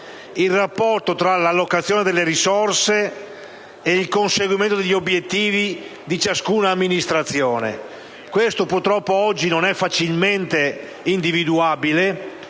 il rapporto tra l'allocazione delle risorse e il conseguimento degli obiettivi di ciascuna amministrazione. Questo purtroppo oggi non è facilmente individuabile: